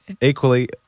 Equally